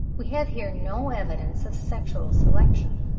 we have here no evidence of sexual selection.